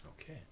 Okay